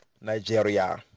Nigeria